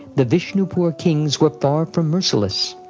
the vishnupur kings were far from merciless.